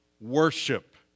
worship